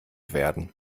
werden